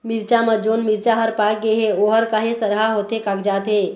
मिरचा म जोन मिरचा हर पाक गे हे ओहर काहे सरहा होथे कागजात हे?